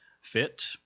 fit